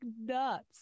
Nuts